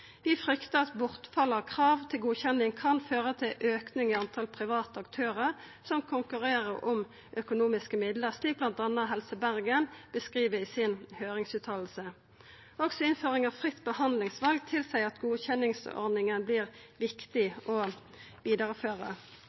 Vi fryktar at bortfall av krav til godkjenning kan føra til auke i talet på private aktørar som konkurrerer om økonomiske midlar, slik bl.a. Helse Bergen skriv i høyringsuttala si. Også innføring av fritt behandlingsval tilseier at godkjenningsordninga vert viktig å